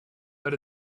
that